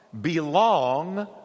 belong